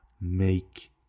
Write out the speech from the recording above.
make